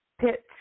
pitch